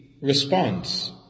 response